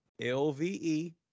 LVE